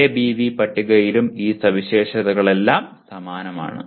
ABV പട്ടികയിലും ഈ സവിശേഷതകളെല്ലാം സമാനമാണ്